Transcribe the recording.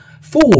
Four